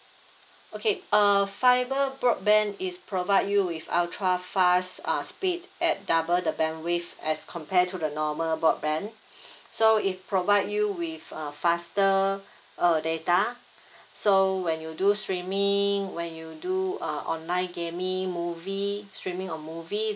okay err fiber broadband is provide you with ultra fast err speed at double the bandwidth as compare to the normal broadband so it provides you with err faster err data so when you do streaming when you do err online gaming movie steaming or movie